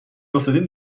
افتادیم